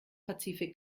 pazifik